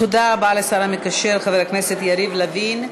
תודה רבה לשר המקשר חבר הכנסת יריב לוין.